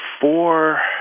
four